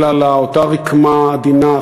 אלא לאותה רקמה עדינה,